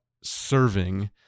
Serving